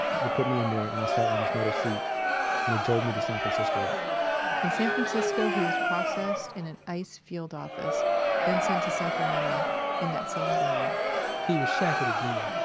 they put me in there and i sat on this metal seat and they drove me to san francisco in san francisco, he was processed in an ice field office then sent to sacramento in that same van he was shackled again,